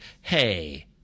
hey